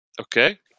Okay